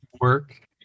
work